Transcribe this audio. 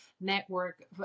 network